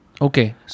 okay